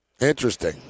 Interesting